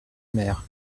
mer